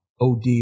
OD